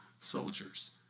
soldiers